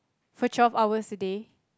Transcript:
for twelve hours a day